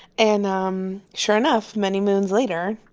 and um sure enough, many moons later,